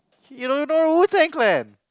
you don't know Wu-Tang-Clan